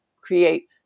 create